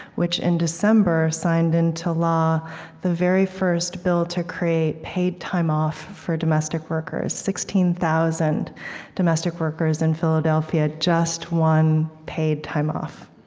which in december signed into law the very first bill to create paid time off for domestic workers. sixteen thousand domestic workers in philadelphia just won paid time off